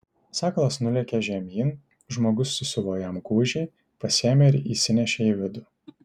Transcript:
sakalas nulėkė žemyn žmogus susiuvo jam gūžį pasiėmė ir įsinešė į vidų